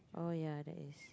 oh yeah there is